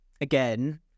again